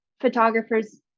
photographers